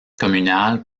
communale